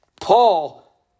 Paul